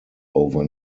over